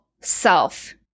self